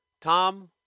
Tom